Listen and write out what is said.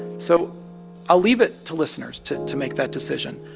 so i'll leave it to listeners to to make that decision.